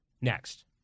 next